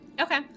Okay